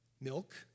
milk